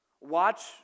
Watch